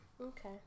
Okay